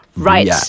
Right